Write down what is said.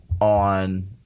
on